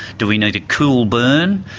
do we need to cool burn,